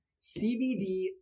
CBD